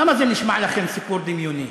למה זה נשמע לכם סיפור דמיוני?